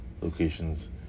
locations